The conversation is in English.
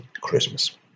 Christmas